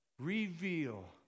reveal